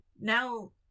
Now